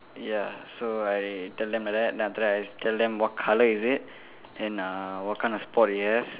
ya so I tell them like that then after that I tell them what color is it then uh what kind of spot it has